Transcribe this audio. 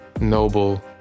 noble